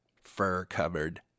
Fur-covered